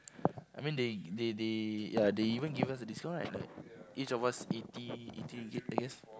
I mean they they they ya they even give us a discount right like each of us eighty eighty ringgit I guess